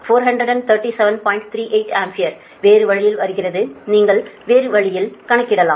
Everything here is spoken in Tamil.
38 ஆம்பியர் வேறு வழியில் வருகிறது நீங்கள் வேறு வழியிலும் கணக்கிடலாம்